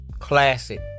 classic